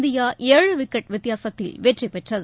India ஏழு wicket வித்தியாசத்தில் வெற்றி பெற்றது